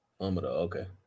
Okay